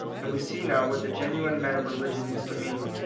and we see now what the genuine men of religion used to mean,